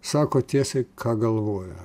sako tiesiai ką galvoja